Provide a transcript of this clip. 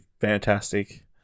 fantastic